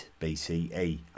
BCE